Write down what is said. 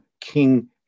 King